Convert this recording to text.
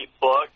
book